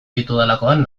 ditudalakoan